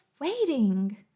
waiting